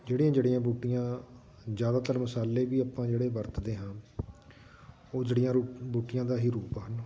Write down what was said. ਜਿਹੜੀਆਂ ਜੜ੍ਹੀਆਂ ਬੂਟੀਆਂ ਜ਼ਿਆਦਾਤਰ ਮਸਾਲੇ ਵੀ ਆਪਾਂ ਜਿਹੜੇ ਵਰਤਦੇ ਹਾਂ ਉਹ ਜੜ੍ਹੀਆਂ ਰੂ ਬੂਟੀਆਂ ਦਾ ਹੀ ਰੂਪ ਹਨ